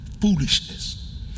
foolishness